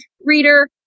reader